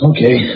Okay